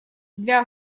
для